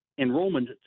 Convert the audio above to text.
Enrollment